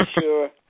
sure